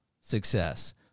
success